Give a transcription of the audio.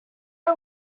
are